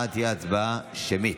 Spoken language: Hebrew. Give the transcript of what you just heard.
ההצבעה תהיה הצבעה שמית.